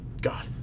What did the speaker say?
God